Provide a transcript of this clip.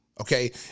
Okay